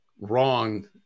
wrong